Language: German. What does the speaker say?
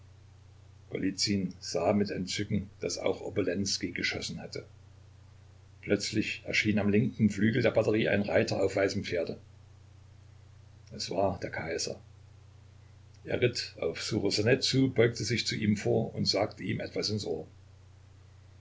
mit entzücken daß auch obolenskij geschossen hatte plötzlich erschien am linken flügel der batterie ein reiter auf weißem pferde es war der kaiser er ritt auf ssuchosanet zu beugte sich zu ihm vor und sagte ihm etwas ins ohr